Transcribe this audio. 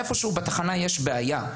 איפשהו בתחנה יש בעיה.